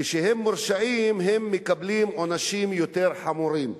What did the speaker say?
כשהם מורשעים, הם מקבלים עונשים יותר חמורים.